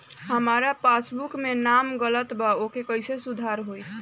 हमार पासबुक मे नाम गलत बा ओके कैसे सुधार होई?